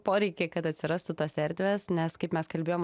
poreikį kad atsirastų tos erdvės nes kaip mes kalbėjom